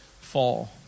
fall